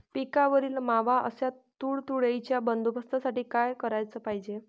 पिकावरील मावा अस तुडतुड्याइच्या बंदोबस्तासाठी का कराच पायजे?